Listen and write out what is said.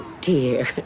dear